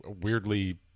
weirdly